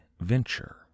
venture